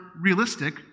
realistic